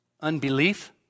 unbelief